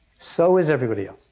so is everybody else.